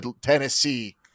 Tennessee